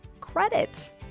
credit